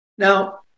Now